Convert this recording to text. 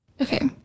Okay